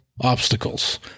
obstacles